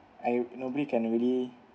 I nobody can really